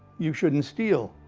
you shouldn't steal.